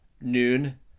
Noon